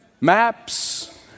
maps